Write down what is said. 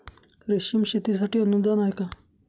रेशीम शेतीसाठी अनुदान आहे का?